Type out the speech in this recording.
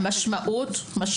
ה-מ' זה גם משמעות וגם מיומנויות.